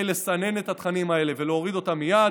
לסנן את התכנים האלה ולהוריד אותם מייד.